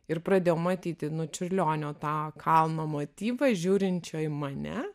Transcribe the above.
ir pradėjau matyti nu čiurlionio tą kalno motyvą žiūrinčio į mane